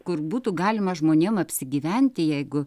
kur būtų galima žmonėm apsigyventi jeigu